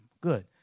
Good